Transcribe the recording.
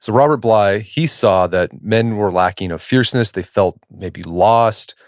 so robert bly, he saw that men were lacking a fierceness. they felt maybe lost.